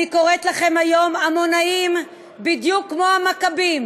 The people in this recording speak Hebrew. אני קוראת לכם היום עמונאים בדיוק כמו המכבים.